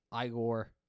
igor